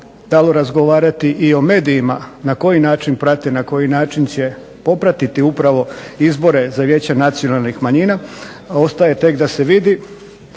dalo razgovarati i o medijima na koji način prate, na koji način će popratiti izbore za vijeće nacionalnih manjina, ostaje tek da se vidi.